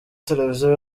televiziyo